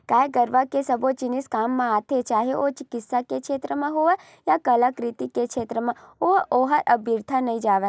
गाय गरुवा के सबो जिनिस काम म आथे चाहे ओ चिकित्सा के छेत्र म होय या कलाकृति के क्षेत्र म होय ओहर अबिरथा नइ जावय